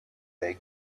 they